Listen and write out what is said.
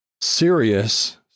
serious